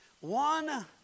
one